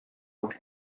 with